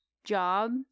job